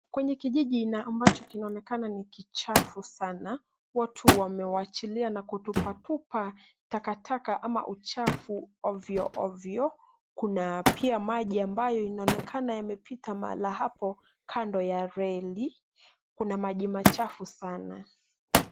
Kwenye kijiji na ambacho kinaonekana ni kichafu sanu, watu wamewachilia na kutupatupa takataka ama uchafu ovyoovyo, kuna pia maji ambayo inaonekana imepita mahala hapo kando ya reli, kuna maji machafu sana.